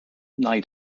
night